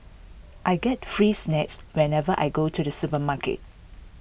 I get free snacks whenever I go to the supermarket